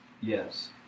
Yes